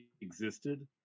existed